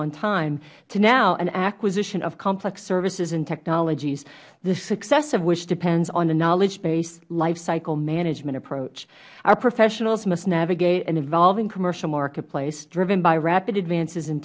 on time to now an acquisition of complex services and technologies the success of which depends on a knowledge based life cycle management approach our professionals must navigate an evolving commercial marketplace driven by rapid advances in